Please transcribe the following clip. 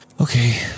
Okay